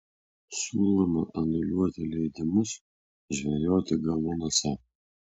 siūloma anuliuoti leidimus žvejoti galuonuose